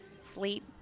sleep